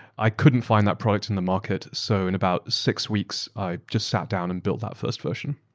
i couldnaeurt find that product in the market so in about six weeks, i just sat down and build that first version.